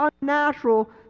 unnatural